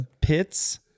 Pits